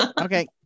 okay